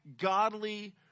godly